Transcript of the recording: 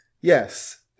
yes